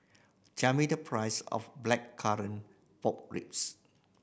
tell me the price of Blackcurrant Pork Ribs